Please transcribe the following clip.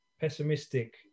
pessimistic